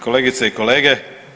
Kolegice i kolege.